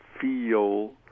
feel